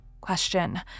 Question